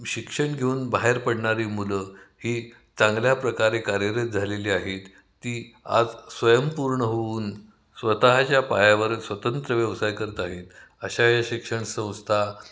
शिक्षण घेऊन बाहेर पडणारी मुलं ही चांगल्या प्रकारे कार्यरत झालेली आहेत ती आज स्वयंपूर्ण होऊन स्वतःच्या पायावर स्वतंत्र व्यवसाय करत आहेत अशा या शिक्षण संस्था